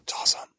awesome